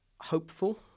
hopeful